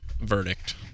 verdict